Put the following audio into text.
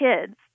kids